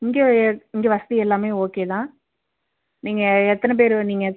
இங்கே இங்கே வசதி எல்லாம் ஓகே தான் நீங்கள் எத்தன பேர் நீங்கள்